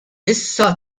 issa